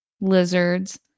lizards